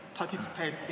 Participate